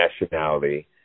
nationality